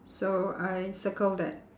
so I circle that